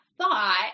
thought